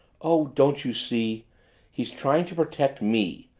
oh, don't you see he's trying to protect me,